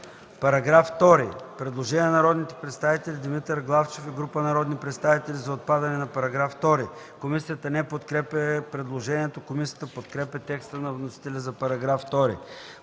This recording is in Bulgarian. По § 7 има предложение на народния представител Димитър Главчев и група народни представители за отпадане на § 7. Комисията не подкрепя предложението. Комисията не подкрепя текста на вносителя. Но тук искам да